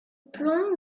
plomb